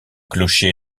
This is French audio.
clocher